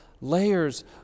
layers